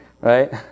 Right